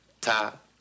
Top